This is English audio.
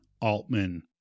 Altman